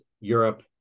Europe